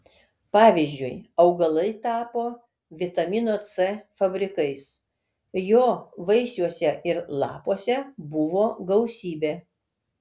pavyzdžiui augalai tapo vitamino c fabrikais jo vaisiuose ir lapuose buvo gausybė